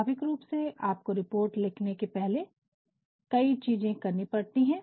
स्वभाविक रूप से आपको रिपोर्ट लिखने के पहले कई चीजें करनी पड़ती है